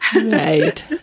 Right